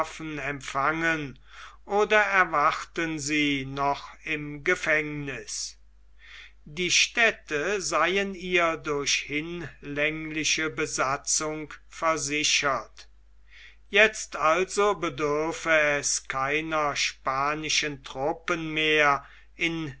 empfangen oder erwarten sie noch im gefängniß die städte seien ihr durch hinlängliche besatzung versichert jetzt also bedürfe es keiner spanischen truppen mehr in